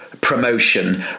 promotion